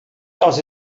das